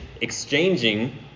exchanging